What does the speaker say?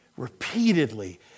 repeatedly